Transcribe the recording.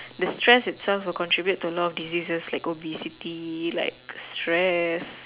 the stress itself will contribute to a lot of diseases like obesity like stress